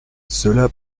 cela